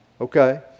Okay